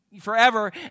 forever